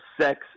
sex